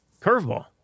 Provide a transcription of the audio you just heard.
Curveball